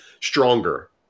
stronger